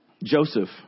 Joseph